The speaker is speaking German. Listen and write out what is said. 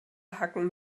hacken